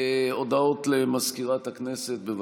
הודעות למזכירת הכנסת, בבקשה.